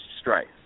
strife